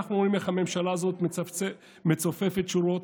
אנחנו רואים איך הממשלה הזו מצופפת שורות,